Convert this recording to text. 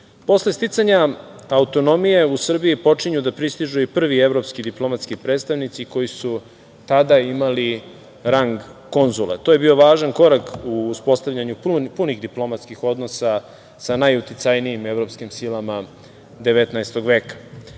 sticanja autonomije u Srbiji počinju da pristižu i prvi evropske diplomatski predstavnici koji su tada imali rang konzula. To je bio važan korak u uspostavljanju punih diplomatskih odnosa sa najuticajnijim evropskim silama 19.